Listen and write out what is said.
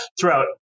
throughout